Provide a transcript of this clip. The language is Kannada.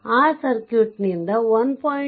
ಆ ಸರ್ಕ್ಯೂಟ್ನಿಂದ 1